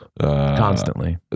constantly